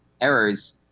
errors